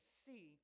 see